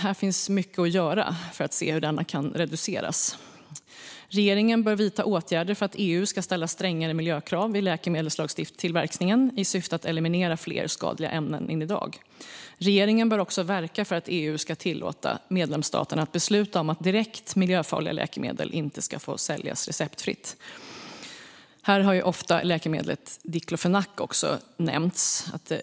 Det finns mycket att göra för att se hur denna kan reduceras. Regeringen bör vidta åtgärder för att EU ska ställa strängare miljökrav på läkemedelstillverkningen i syfte att eliminera fler skadliga ämnen än i dag. Regeringen bör också verka för att EU ska tillåta medlemsstaterna att besluta om att direkt miljöfarliga läkemedel inte ska få säljas receptfritt. Här har ofta läkemedlet diklofenak nämnts.